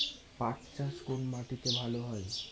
পাট চাষ কোন মাটিতে ভালো হয়?